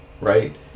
Right